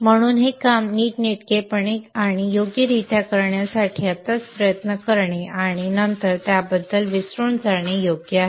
म्हणून हे काम नीटनेटकेपणे आणि योग्यरित्या करण्यासाठी आत्ताच प्रयत्न करणे आणि नंतर त्याबद्दल विसरून जाणे योग्य आहे